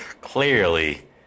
clearly